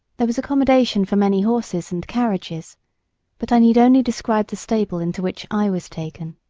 there was accommodation for many horses and carriages but i need only describe the stable into which i was taken